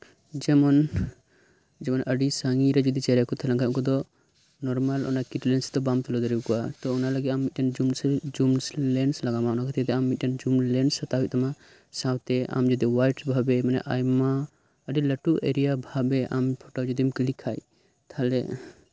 ᱡᱮᱢᱚᱱ ᱡᱮᱢᱚᱱ ᱟᱹᱰᱤ ᱥᱟᱹᱜᱤᱧ ᱨᱮ ᱡᱩᱫᱤ ᱪᱮᱬᱮ ᱠᱚ ᱛᱟᱦᱮᱸ ᱞᱮᱱ ᱠᱷᱟᱱ ᱩᱱᱠᱩ ᱫᱚ ᱱᱚᱨᱢᱟᱞ ᱚᱱᱟ ᱠᱤᱴ ᱞᱮᱱᱥᱛᱮᱫᱚ ᱵᱟᱢ ᱛᱩᱞᱟᱹᱣ ᱫᱟᱲᱮᱭᱟᱠᱚᱣᱟ ᱛᱚ ᱚᱱᱟ ᱞᱟᱹᱜᱤᱫ ᱛᱮ ᱟᱢ ᱢᱤᱫ ᱴᱟᱝ ᱡᱩᱢ ᱥᱮᱱ ᱡᱩᱢ ᱞᱮᱱᱥ ᱞᱟᱜᱟᱣ ᱟᱢᱟ ᱚᱱᱟ ᱠᱷᱟᱹᱛᱤᱨ ᱛᱮ ᱢᱤᱫ ᱴᱮᱱ ᱡᱩᱢ ᱞᱮᱱᱥ ᱦᱟᱛᱟᱣ ᱦᱳᱭᱳᱜ ᱛᱟᱢᱟ ᱥᱟᱶᱛᱮ ᱟᱢ ᱡᱚᱫᱤ ᱚᱣᱟᱭᱤᱰ ᱵᱷᱟᱵᱮᱹ ᱢᱟᱱᱮ ᱟᱭᱢᱟ ᱟᱹᱰᱤ ᱞᱟᱹᱴᱩ ᱮᱨᱤᱭᱟ ᱵᱷᱟᱵᱮ ᱟᱢ ᱯᱷᱳᱴᱳ ᱡᱚᱫᱤᱢ ᱠᱞᱤᱠ ᱠᱷᱟᱱ ᱛᱟᱦᱚᱞᱮ